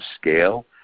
scale